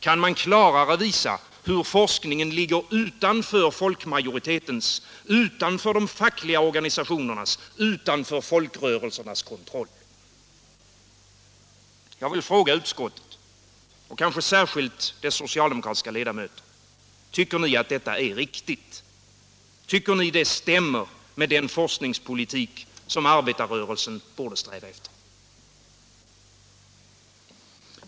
Kan man klarare visa hur forskningen ligger utanför folkmajoritetens, utanför de fackliga organisationernas, utanför folkrörelsernas kontroll? Jag vill fråga utskottet, kanske särskilt dess socialdemokratiska ledamöter: Tycker ni att detta är riktigt? Tycker ni det stämmer med den forskningspolitik som arbetarrörelsen borde sträva efter?